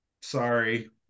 sorry